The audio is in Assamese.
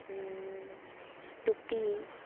টুপি